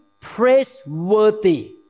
praiseworthy